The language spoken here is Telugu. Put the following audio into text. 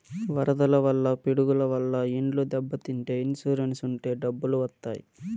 వరదల వల్ల పిడుగుల వల్ల ఇండ్లు దెబ్బతింటే ఇన్సూరెన్స్ ఉంటే డబ్బులు వత్తాయి